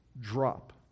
drop